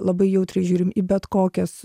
labai jautriai žiūrim į bet kokias